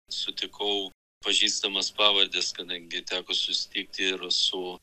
sutikau pažįstamas pavardes kadangi teko susitikti ir su